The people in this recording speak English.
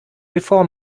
before